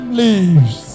leaves